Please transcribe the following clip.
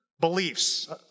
beliefs